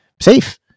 safe